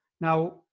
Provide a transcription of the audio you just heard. Now